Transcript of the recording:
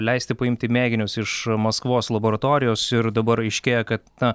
leisti paimti mėginius iš maskvos laboratorijos ir dabar aiškėja kad na